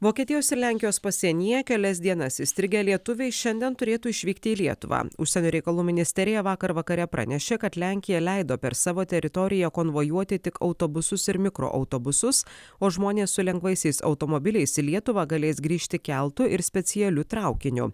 vokietijos ir lenkijos pasienyje kelias dienas įstrigę lietuviai šiandien turėtų išvykti į lietuvą užsienio reikalų ministerija vakar vakare pranešė kad lenkija leido per savo teritoriją konvojuoti tik autobusus ir mikroautobusus o žmonės su lengvaisiais automobiliais į lietuvą galės grįžti keltu ir specialiu traukiniu